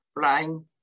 flying